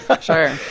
Sure